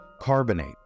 carbonate